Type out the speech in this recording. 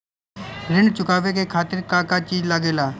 ऋण चुकावे के खातिर का का चिज लागेला?